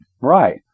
Right